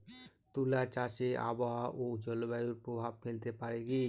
তুলা চাষে আবহাওয়া ও জলবায়ু প্রভাব ফেলতে পারে কি?